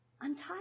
untie